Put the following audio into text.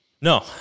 no